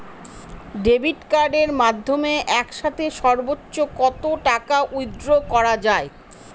Debit কার্ডের মাধ্যমে একসাথে সর্ব্বোচ্চ কত টাকা উইথড্র করা য়ায়?